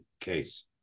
case